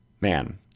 man